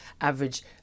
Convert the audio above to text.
average